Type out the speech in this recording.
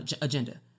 agenda